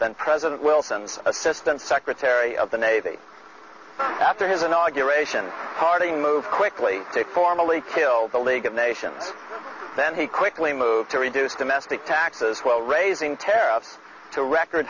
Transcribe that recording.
than president wilson's assistant secretary of the navy after his inauguration party moved quickly to formally fill the league of nations then he quickly moved to reduce domestic taxes while raising tariffs to record